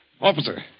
Officer